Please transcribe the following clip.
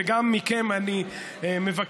וגם מכם אני מבקש,